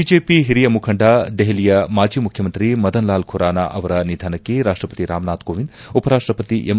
BJP ಹಿರಿಯ ಮುಖಂಡ ದೆಹಲಿಯ ಮಾಜಿ ಮುಖ್ಯಮಂತ್ರಿ ಮದನ್ಲಾಲ್ ಖುರಾನ ಅವರ ನಿಧನಕ್ಕೆ ರಾಷ್ಟಪತಿ ರಾಮನಾಥ್ ಕೋವಿಂದ್ ಉಪರಾಷ್ಟಪತಿ ಎಂ